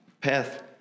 path